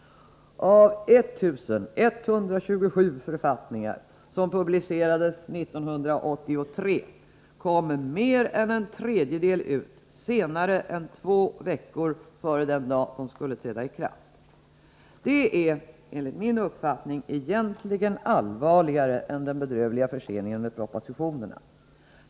Av 1 127 författningar som publicerades 1983 kom mer än en tredjedel ut senare än två veckor före den dag då de skulle träda i kraft. Det är enligt min uppfattning egentligen allvarligare än den bedrövliga förseningen av propositionsavlämnandet.